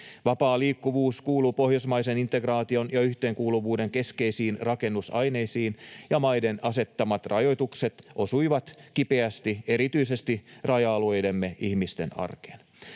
Vapaa liikkuvuus kuuluu pohjoismaisen integraation ja yhteenkuuluvuuden keskeisiin rakennusaineisiin, ja maiden asettamat rajoitukset osuivat kipeästi erityisesti raja-alueidemme ihmisten arkeen.